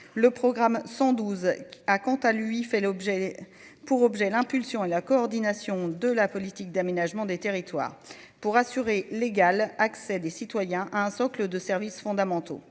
le programme 112 a quant à lui, fait l'objet pour objet l'impulsion à la coordination de la politique d'aménagement des territoires pour assurer l'égal accès des citoyens à un socle de services fondamentaux